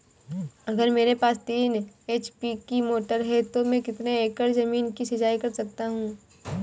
अगर मेरे पास तीन एच.पी की मोटर है तो मैं कितने एकड़ ज़मीन की सिंचाई कर सकता हूँ?